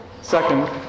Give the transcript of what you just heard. Second